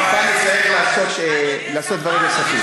אכיפה, אכיפה, נצטרך לעשות דברים נוספים.